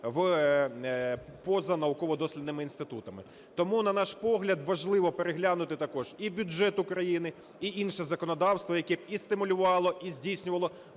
поза науково-дослідними інститутами. Тому, на наш погляд, важливо переглянути також і бюджет України, і інше законодавство, яке б і стимулювало, і здійснювало